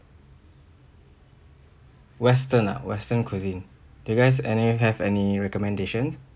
western uh western cuisine do you guys any have any recommendation